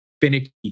finicky